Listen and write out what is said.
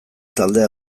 taldea